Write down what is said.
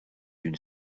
une